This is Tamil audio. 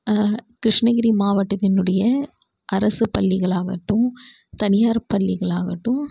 கிருஷ்ணகிரி மாவட்டத்தினுடைய அரசு பள்ளிகளாகட்டும் தனியார் பள்ளிகளாகட்டும்